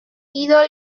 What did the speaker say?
idol